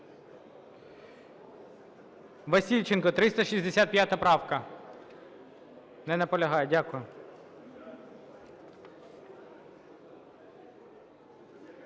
Васильченко, 365 правка. Не наполягає, дякую.